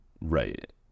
right